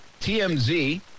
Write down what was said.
TMZ